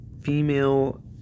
female